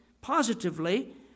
positively